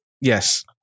Yes